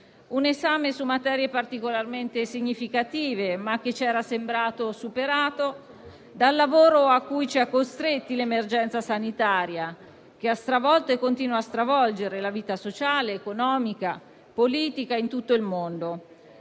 un esame su materie particolarmente significative, che ci era sembrato superato dal lavoro a cui ci ha costretti l'emergenza sanitaria, che ha stravolto e continua a stravolgere la vita sociale, economica e politica in tutto il mondo.